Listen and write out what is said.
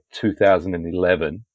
2011